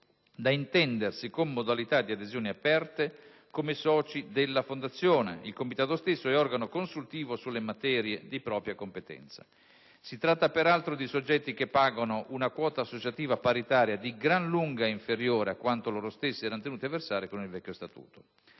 (da intendersi con modalità di adesione aperte, come soci della Fondazione), organo consultivo sulle materie di propria competenza. Si tratta peraltro, di soggetti che pagano una quota associativa paritaria di gran lunga inferiore a quanto loro stessi erano tenuti a versare con il vecchio Statuto.